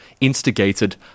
instigated